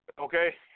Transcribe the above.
Okay